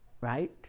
Right